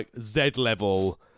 Z-level